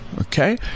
Okay